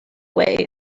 way